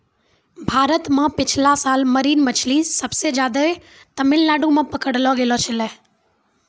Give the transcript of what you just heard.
भारत मॅ पिछला साल मरीन मछली सबसे ज्यादे तमिलनाडू मॅ पकड़लो गेलो छेलै